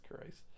Christ